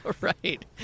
Right